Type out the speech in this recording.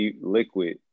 liquid